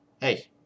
Hey